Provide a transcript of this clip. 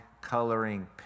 coloring